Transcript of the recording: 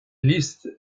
listes